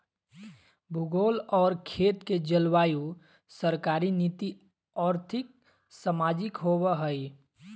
भूगोल और खेत के जलवायु सरकारी नीति और्थिक, सामाजिक होबैय हइ